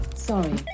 Sorry